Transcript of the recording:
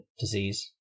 disease